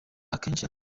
akenshi